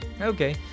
okay